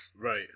Right